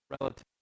relative